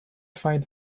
find